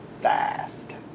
fast